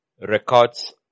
records